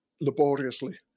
laboriously